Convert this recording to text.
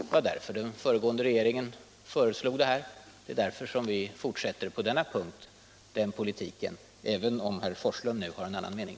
Det var därför den föregående regeringen föreslog det här stödet. Det är därför som vi på denna punkt fortsätter den politiken — även om herr Forslund nu har en annan mening.